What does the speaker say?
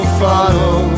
follow